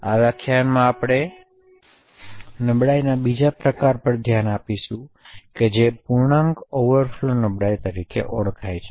આ વ્યાખ્યાનમાં આપણે નબળાઈના બીજા પ્રકાર પર ધ્યાન આપીશું જે પૂર્ણાંક ઓવરફ્લો નબળાઈઓ તરીકે ઓળખાય છે